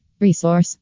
Resource